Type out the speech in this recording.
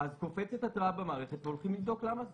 אז קופצת התראה במערכת והולכים לבדוק למה זה.